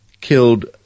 killed